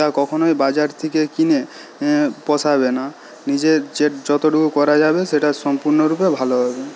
তা কখনোই বাজার থেকে কিনে পোষাবে না নিজের যে যতটুকু করা যাবে সেটা সম্পূর্ণরূপে ভালো হবে